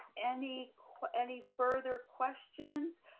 any any further questions?